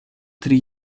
tri